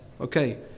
Okay